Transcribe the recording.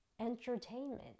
entertainment